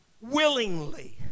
willingly